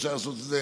אפשר לעשות את זה